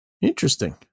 Interesting